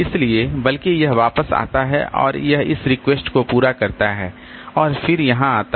इसलिए बल्कि यह वापस आता है और यह इस रिक्वेस्ट को पूरा करता है और फिर यहां आता है